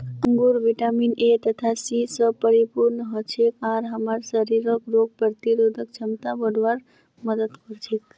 अंगूर vitamin A तथा C स परिपूर्ण हछेक आर हमसार शरीरक रोग प्रतिरोधक क्षमताक बढ़वार मदद कर छेक